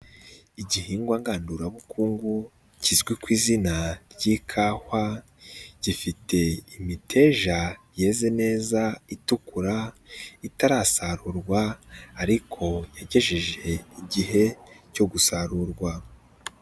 Igihingwa ngandurabukungu kizwi ku izina ry'ikahwa, gifite imiteja yeze neza itukura itarasarurwa ariko yagejeje igihe cyo gusarurwa.